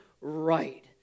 right